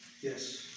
Yes